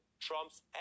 Trump's